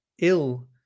ill